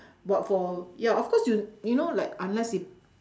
but for ya of course y~ you know like unless it